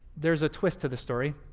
there's a twist to this story.